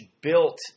built